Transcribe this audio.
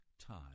time